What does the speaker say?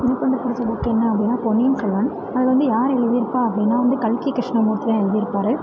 எனக்கு வந்து பிடிச்ச புக் என்ன அப்படின்னா பொன்னியின் செல்வன் அதை வந்து யார் எழுதியிருப்பா அப்படின்னா வந்து கல்கி கிருஷ்ணமூர்த்தி தான் எழுதிருப்பார்